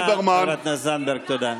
את מניעת הזיופים,